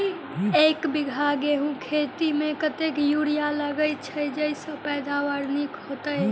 एक बीघा गेंहूँ खेती मे कतेक यूरिया लागतै जयसँ पैदावार नीक हेतइ?